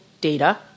data